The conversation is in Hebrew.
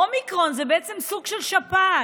אומיקרון זה בעצם סוג של שפעת.